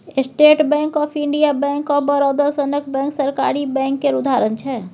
state Bank of India, Bank of Baroda सनक bank सरकारी bank केर उदाहरण छै